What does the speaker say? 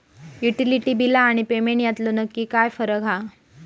Utility बिला आणि payment यातलो नक्की फरक काय हा?